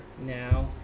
now